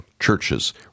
churches